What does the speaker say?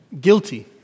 guilty